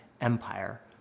empire